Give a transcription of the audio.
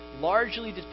largely